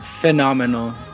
phenomenal